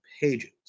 pages